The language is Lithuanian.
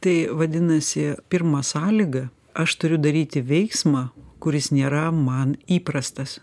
tai vadinasi pirma sąlyga aš turiu daryti veiksmą kuris nėra man įprastas